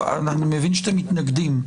אני מבין שאתם מתנגדים,